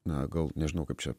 na gal nežinau kaip čia